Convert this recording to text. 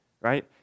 right